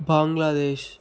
Bangladesh